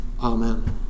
Amen